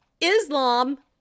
Islam